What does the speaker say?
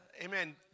amen